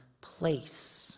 place